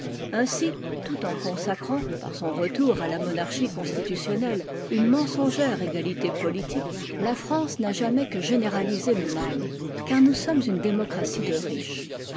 ainsi tout en consacrant par son retour à la monarchie constitutionnelle une mensongère égalité politique la france n'a jamais que généralisé le mal car nous sommes une démocratie de riches